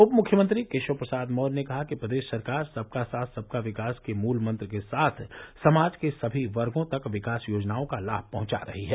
उप मुख्यमंत्री केशव प्रसाद मौर्य ने कहा कि प्रदेश सरकार सबका साथ सबका विकास के मूलमंत्र के साथ समाज के सभी वर्गो तक विकास योजनाओं का लाभ पहुंचा रही है